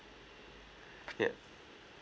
yup